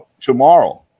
tomorrow